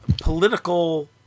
political